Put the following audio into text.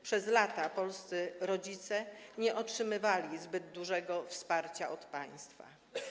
Przez lata polscy rodzice nie otrzymywali zbyt dużego wsparcia od państwa.